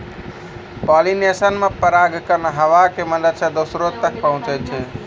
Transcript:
pollination मे परागकण हवा के मदत से दोसरो तक पहुचै छै